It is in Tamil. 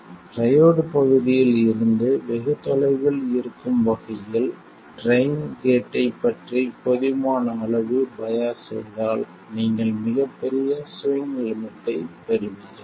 ட்ரையோட் பகுதியில் இருந்து வெகு தொலைவில் இருக்கும் வகையில் ட்ரைன் கேட் ஐப் பற்றி போதுமான அளவு பையாஸ் செய்தால் நீங்கள் மிகப்பெரிய ஸ்விங் லிமிட்டைப் பெறுவீர்கள்